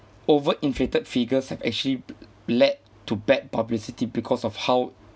over inflated figures have actually lead to bad publicity because of how